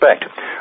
respect